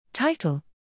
Title